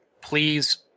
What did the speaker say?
please